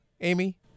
Amy